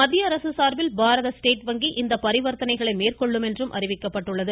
மத்திய அரசு சார்பில் பாரத ஸ்டேட் வங்கி இந்த பரிவர்த்தனைகளை மேற்கொள்ளும் என்று அறிவிக்கப்பட்டுள்ளது